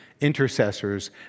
intercessors